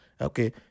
Okay